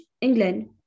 England